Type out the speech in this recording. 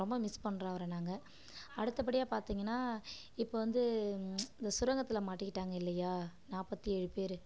ரொம்ப மிஸ் பண்ணுறோம் அவரை நாங்கள் அடுத்தபடியாக பார்த்தீங்கன்னா இப்போது வந்து இந்த சுரங்கத்தில் மாட்டிக்கிட்டாங்க இல்லையா நாற்பத்தி ஏழு பேர்